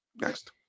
next